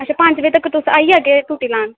अच्छा पंज बजे तगर तुस आई जाह्गे टुट्टी लान